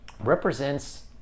represents